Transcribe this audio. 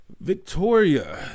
Victoria